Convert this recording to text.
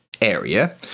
area